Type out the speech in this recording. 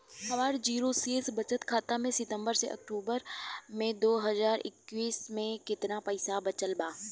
हमार जीरो शेष बचत खाता में सितंबर से अक्तूबर में दो हज़ार इक्कीस में केतना पइसा बचल बा?